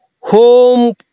home